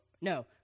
No